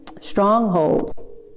stronghold